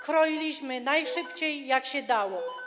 Kroiliśmy najszybciej, jak się dało.